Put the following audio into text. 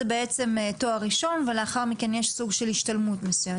זה בעצם תואר ראשון ולאחר מכן יש סוג של השתלמות מסוימת.